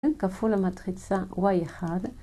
כפול המטריצה y1